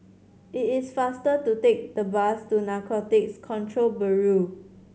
it is faster to take the bus to Narcotics Control Bureau